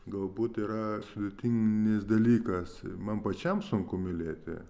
galbūt yra sudėtinis dalykas man pačiam sunku mylėti